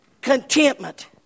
Contentment